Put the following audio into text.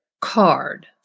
card